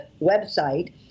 website